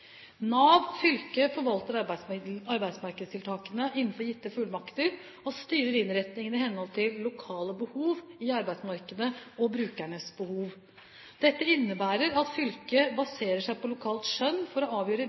Nav fylke forvalter arbeidsmarkedstiltakene innenfor gitte fullmakter og styrer innretningen i henhold til lokale behov i arbeidsmarkedet og brukernes behov. Dette innebærer at fylket baserer seg på lokalt skjønn for å avgjøre